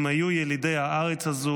הם היו ילידי הארץ הזו,